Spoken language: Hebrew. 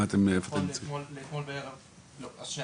הוגשו כ-7,300